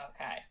okay